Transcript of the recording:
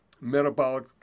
metabolic